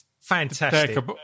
fantastic